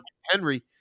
Henry